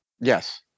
Yes